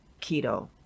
keto